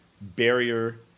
barrier